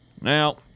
Now